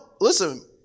listen